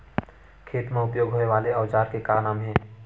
खेत मा उपयोग होए वाले औजार के का नाम हे?